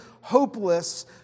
hopeless